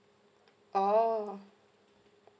oh